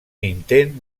intent